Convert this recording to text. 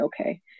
okay